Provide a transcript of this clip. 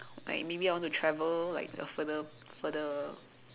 like maybe I want to travel like further further